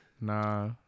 Nah